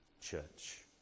church